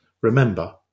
Remember